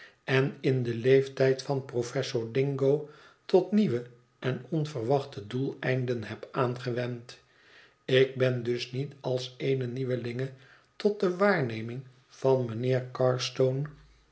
en in den leeftijd van professor dingo tot nieuwe en onverwachte doeleinden heb aangewend ik ben dus niet als eene nieuwelinge tot de waarneming van mijnheer